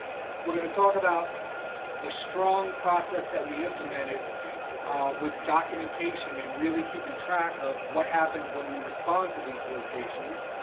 we're gonna talk about the strong process that we implemented with documentation and really keeping track of what happens when we respond to these locations,